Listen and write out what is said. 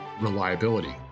Reliability